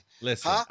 Listen